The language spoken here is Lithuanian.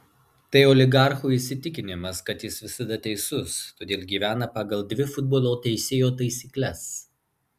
tai oligarcho įsitikinimas kad jis visada teisus todėl gyvena pagal dvi futbolo teisėjo taisykles